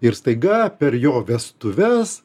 ir staiga per jo vestuves